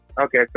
Okay